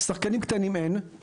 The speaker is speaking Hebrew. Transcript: שחקנים קטנים אין.